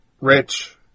rich